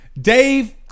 Dave